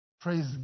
Praise